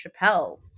Chappelle